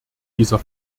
dieser